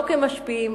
לא כמשפיעים,